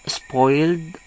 spoiled